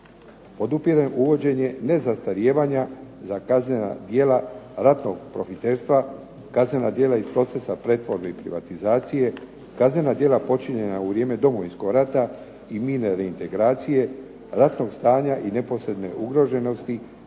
Podupirem uvođenje nezastarijevanja za kaznena djela ratnog profiterstva, kaznena djela iz procesa pretvorbe i privatizacije, kaznena djela počinjena u vrijeme Domovinskog rata i mirne reintegracije, ratnog stanja i neposredne ugroženosti,